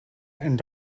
and